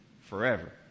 forever